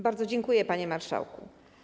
Bardzo dziękuję, panie marszałku.